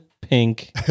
pink